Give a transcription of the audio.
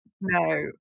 no